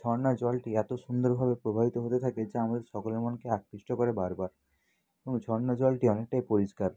ঝর্নার জলটি এতো সুন্দরভাবে প্রবাহিত হতে থাকে যা আমাদের সকলের মনকে আকৃষ্ট করে বার বার এবং ঝর্না জলটি অনেকটাই পরিষ্কার